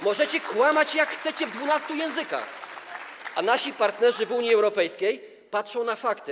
Możecie kłamać, jak chcecie, w 12 językach, a nasi partnerzy w Unii Europejskiej patrzą na fakty.